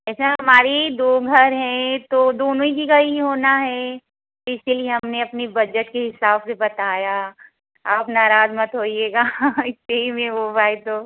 वैसे हमारी दो घर हैं तो दोनों जगह ही होना है इसलिए हमने अपने बजट के हिसाब से बताया आप नाराज मत होइएगा इतने ही में हो भाई तो